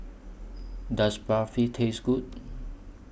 Does Barfi Taste Good